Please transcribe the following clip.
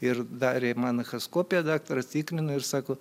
ir dar man echaskopiją daktaras tikrino ir sako